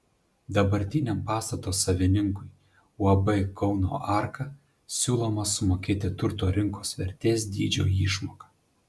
dabartiniam pastato savininkui uab kauno arka siūloma sumokėti turto rinkos vertės dydžio išmoką